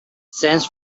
thanks